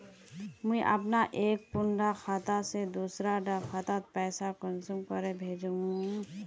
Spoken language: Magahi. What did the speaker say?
मुई अपना एक कुंडा खाता से दूसरा डा खातात पैसा कुंसम करे भेजुम?